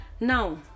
now